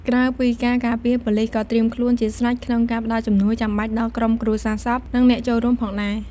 ក្រៅពីការការពារ ប៉ូលីសក៏ត្រៀមខ្លួនជាស្រេចក្នុងការផ្តល់ជំនួយចាំបាច់ដល់ក្រុមគ្រួសារសព និងអ្នកចូលរួមផងដែរ។